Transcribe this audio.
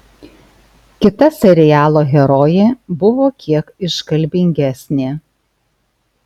kita serialo herojė buvo kiek iškalbingesnė